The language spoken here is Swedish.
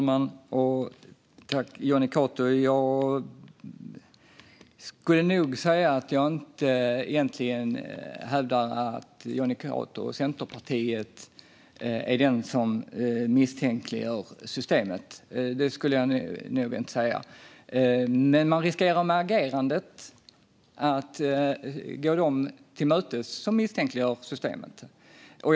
Fru talman! Tack, Jonny Cato! Jag hävdar nog inte egentligen att det är Jonny Cato och Centerpartiet som misstänkliggör systemet. Men genom sitt agerande riskerar man att gå dem som misstänkliggör systemet till mötes.